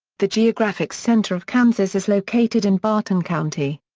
the geographic center of kansas is located in barton county.